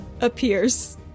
appears